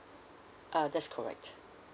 uh that's correct